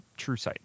Truesight